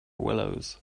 willows